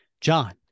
john